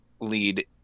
lead